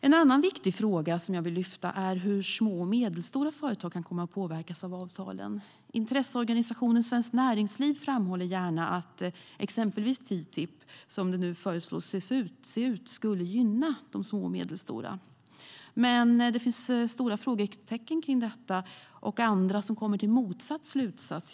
En annan viktig fråga jag vill lyfta fram är hur små och medelstora företag kan komma att påverkas av avtalen. Intresseorganisationen Svenskt Näringsliv framhåller gärna att exempelvis TTIP, som det nu föreslås se ut, skulle gynna de små och medelstora företagen. Men det finns stora frågetecken om detta, och andra kommer till motsatt slutsats.